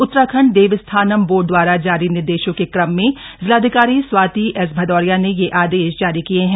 Uttarakhand Devasthanam board दवारा जारी निर्देशों के क्रम में जिलाधिकारी स्वाति एस भदौरिया ने यह आदेश जारी किये हैं